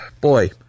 boy